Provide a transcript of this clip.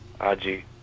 IG